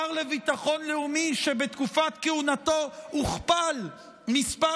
שר לביטחון לאומי שבתקופת כהונתו הוכפל מספר